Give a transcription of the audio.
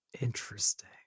Interesting